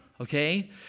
okay